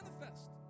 manifest